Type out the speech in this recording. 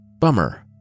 bummer